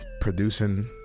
producing